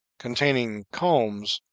containing combs,